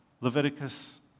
Leviticus